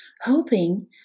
hoping